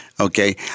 Okay